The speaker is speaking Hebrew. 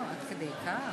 עד כדי כך?